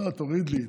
לא, תוריד לי.